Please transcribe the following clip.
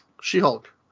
She-Hulk